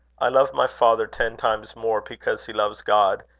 i love my father ten times more because he loves god,